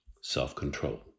self-control